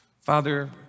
Father